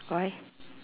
why